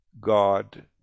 God